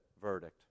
verdict